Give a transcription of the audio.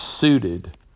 suited